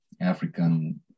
African